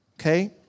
okay